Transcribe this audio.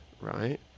right